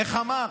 איך אמר?